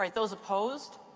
like those opposed?